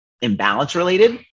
imbalance-related